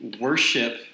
worship